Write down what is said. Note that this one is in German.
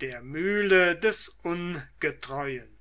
der mühle des ungetreuen